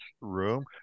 room